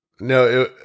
No